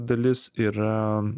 dalis yra